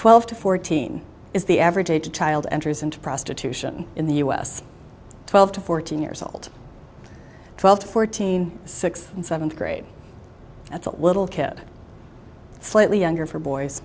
twelve to fourteen is the average age of child enters into prostitution in the u s twelve to fourteen years old twelve to fourteen sixth and seventh grade that's a little kid slightly younger for boys